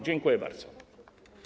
Dziękuję bardzo.